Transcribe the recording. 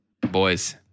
Boys